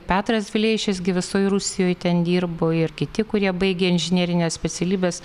petras vileišis gi visoj rusijoj ten dirbo ir kiti kurie baigė inžinerines specialybes